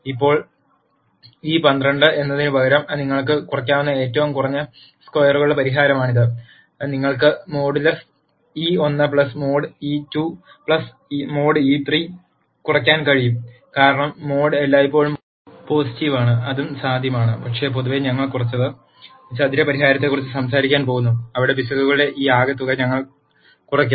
ഇപ്പോൾ e12 എന്നതിനുപകരം നിങ്ങൾക്ക് കുറയ്ക്കാവുന്ന ഏറ്റവും കുറഞ്ഞ സ്ക്വയറുകളുടെ പരിഹാരമാണിത് നിങ്ങൾക്ക് modulus e1 mod e2 mod e3 കുറയ് ക്കാൻ കഴിയും കാരണം മോഡ് എല്ലായ്പ്പോഴും പോസിറ്റീവ് ആണ് അതും സാധ്യമാണ് പക്ഷേ പൊതുവേ ഞങ്ങൾ കുറഞ്ഞത് ചതുര പരിഹാരത്തെക്കുറിച്ച് സംസാരിക്കാൻ പോകുന്നു അവിടെ പിശകുകളുടെ ഈ ആകെത്തുക ഞങ്ങൾ കുറയ്ക്കുന്നു